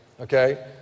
okay